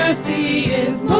see is